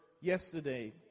yesterday